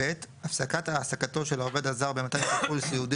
הפסקת העסקתו של העובד הזר במתן טיפול סיעודי